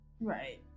Right